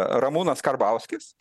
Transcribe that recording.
ramūnas karbauskis